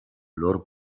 olor